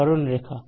সরলরেখা